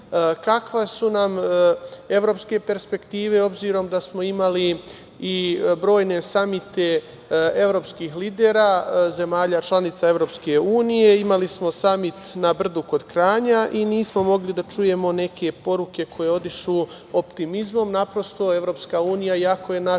Kakve su nam evropske perspektive, s obzirom na to da smo imali i brojne samite evropskih lidera zemalja članica Evropske unije? Imali smo samit na brdu kod Kranja i nismo mogli da čujemo neke poruke koje odišu optimizmom. Naprosto, Evropska unija, iako je naš